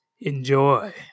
enjoy